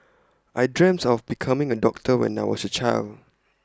I dreamt of becoming A doctor when I was A child